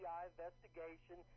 investigation